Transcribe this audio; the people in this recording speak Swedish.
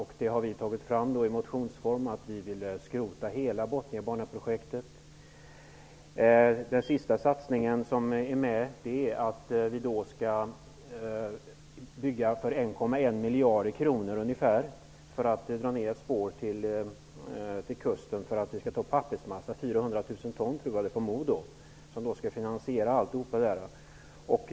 Detta har vi tagit fram i en motion, där vi vill skrota hela Bothniabaneprojektet. Den sista satsning som vi är med på är att bygga för ungefär 1,1 miljarder för att dra ner spår till kusten för att transportera 400 000 ton pappersmassa från Modo.